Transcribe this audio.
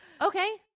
Okay